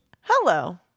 Hello